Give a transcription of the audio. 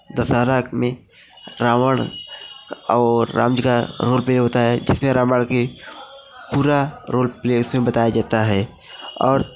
दशहरा में रावण और राम जी का रोल प्ले होता है जिसमें रामायण की पूरा रोल प्ले इसमें बताया जाता है और